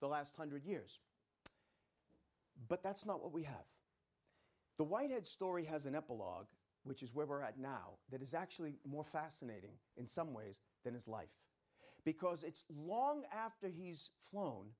the last one hundred years but that's not what we have the whited story has an epilogue which is where we're at now that is actually more fascinating in some ways than his life because it's long after he's flown